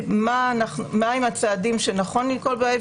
מהם הצעדים שנכון לנקוט בהם.